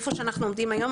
איפה שאנחנו עומדים היום.